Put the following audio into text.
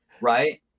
right